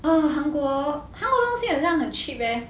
ah 韩国韩国东西很像很 cheap leh